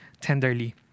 tenderly